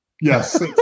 Yes